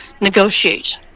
negotiate